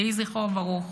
יהי זכרו ברוך.